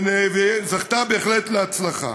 שזכתה בהחלט להצלחה.